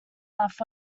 half